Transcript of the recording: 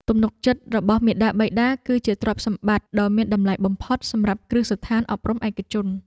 ទំនុកចិត្តរបស់មាតាបិតាគឺជាទ្រព្យសម្បត្តិដ៏មានតម្លៃបំផុតសម្រាប់គ្រឹះស្ថានអប់រំឯកជន។